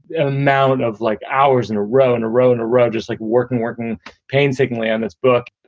and amount of like hours in a row, in a row in a row, just like working working painstakingly on this book?